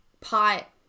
pot